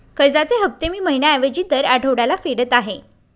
कर्जाचे हफ्ते मी महिन्या ऐवजी दर आठवड्याला फेडत आहे